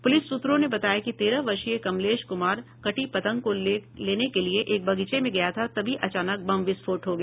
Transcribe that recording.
police सूत्रों ने बताया कि तेरह वर्षीय कमलेश कुमार कटी पतंग को लेने के लिये एक बगीचे में गया था तभी अचानक बम विस्फोट हो गया